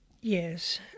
Yes